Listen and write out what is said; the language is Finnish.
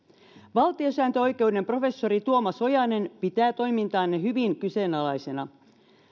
valtiosääntöoikeuden professori tuomas ojanen pitää toimintaanne hyvin kyseenalaisena